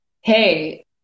hey